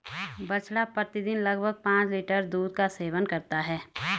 बछड़ा प्रतिदिन लगभग पांच लीटर दूध का सेवन करता है